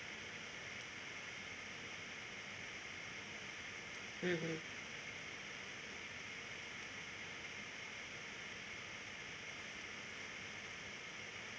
mmhmm